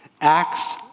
Acts